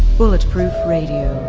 bulletproof radio.